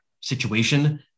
situation